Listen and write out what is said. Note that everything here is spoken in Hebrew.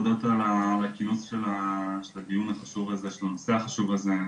על הכינוס של הדיון בנושא החשוב הזה.